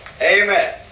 Amen